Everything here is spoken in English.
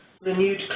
renewed